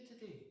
today